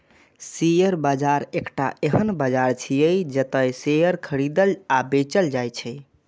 share बाजार एकटा एहन बाजार छियै, जतय शेयर खरीदल आ बेचल जाइ छै